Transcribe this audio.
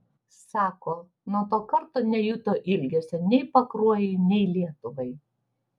sako nuo to karto nejuto ilgesio nei pakruojui nei lietuvai